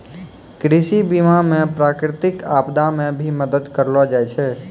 कृषि बीमा मे प्रकृतिक आपदा मे भी मदद करलो जाय छै